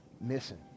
missing